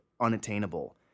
unattainable